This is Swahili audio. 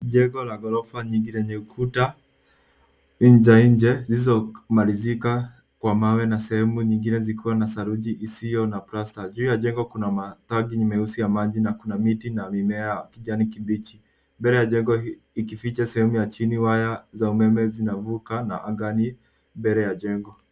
Jengo la ghorofa nyingi lenye ukuta njenje zilizomalizika kwa mawe na sehemu nyingine zikiwa na saruji isiyo na plasta. Juu ya jengo kuna matangi meusi ya maji na kuna miti na mimea ya kijani kibichi. Mbele ya jengo ikificha sehemu ya chini waya za umeme zinavuka na angani mbele ya jengo.